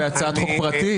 בהצעת חוק פרטית?